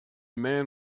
man